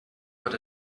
got